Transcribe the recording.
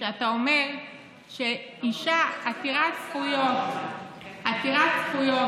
כשאתה אומר שאישה עתירת זכויות כמו,